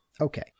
Okay